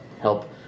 help